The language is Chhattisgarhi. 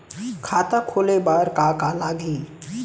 खाता खोले बार का का लागही?